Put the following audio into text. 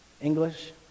English